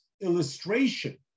illustration